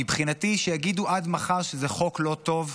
מבחינתי, שיגידו עד מחר שזה חוק לא טוב,